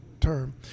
term